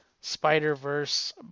Spider-Verse